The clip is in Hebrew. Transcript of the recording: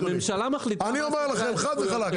אני אומר לכם חד וחלק,